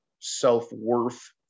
self-worth